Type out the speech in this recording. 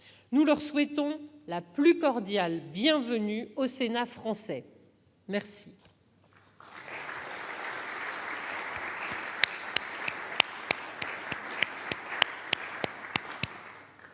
Nous leur souhaitons la plus cordiale bienvenue au Sénat français !